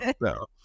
no